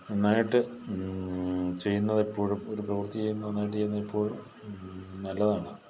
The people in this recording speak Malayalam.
നന്നായിട്ട് ചെയ്യുന്നത് എപ്പോഴും ഒരു പ്രവൃത്തി ചെയ്യുന്നു നന്നായിട്ട് ചെയ്യുന്നത് എപ്പോഴും നല്ലതാണ്